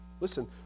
Listen